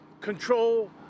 control